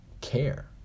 care